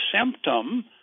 symptom